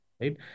right